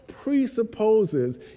presupposes